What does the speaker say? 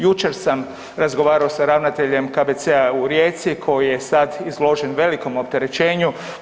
Jučer sam razgovarao sa ravnateljem KBC-a u Rijeci koji je sad izložen velikom opterećenju.